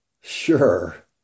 sure